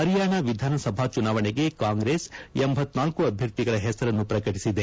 ಹರಿಯಾಣ ವಿಧಾನಸಭಾ ಚುನಾವಣೆಗೆ ಕಾಂಗ್ರೆಸ್ ಲಳ ಅಭ್ಯರ್ಥಿಗಳ ಹೆಸರನ್ನು ಪ್ರಕಟಿಸಿದೆ